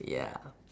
ya